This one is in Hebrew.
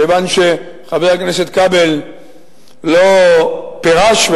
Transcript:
כיוון שחבר הכנסת כבל לא פירש,